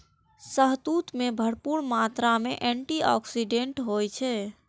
शहतूत मे भरपूर मात्रा मे एंटी आक्सीडेंट होइ छै